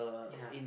ya